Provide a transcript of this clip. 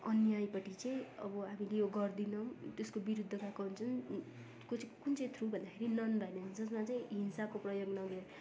अन्यायप्रति चाहिँ अब हामीले यो गर्दिनौँ त्यसको विरुद्ध गएको हुन्छन् कुन कुन चाहिँ थ्रु भन्दाखेरि नन् भाइलेन्स जसमा चाहिँ हिंसाको प्रयोग नगरी